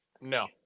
No